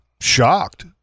shocked